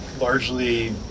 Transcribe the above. largely